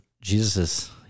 Jesus